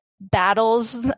battles